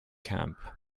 camp